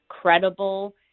credible